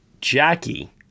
Jackie